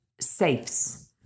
safes